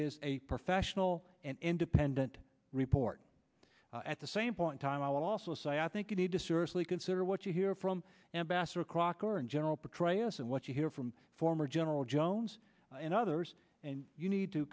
is a professional and independent report at the same point time i'll also say i think you need to seriously consider what you hear from ambassador crocker and general petraeus and what you hear from former general jones and others and you need to